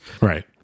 Right